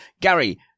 Gary